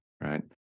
Right